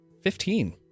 Fifteen